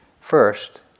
First